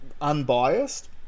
unbiased